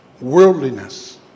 Worldliness